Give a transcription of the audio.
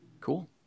Cool